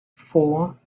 four